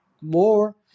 more